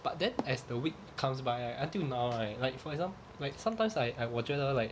but then as the week comes by right until now right like for exam~ like sometimes I I 我觉得 like